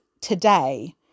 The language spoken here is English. today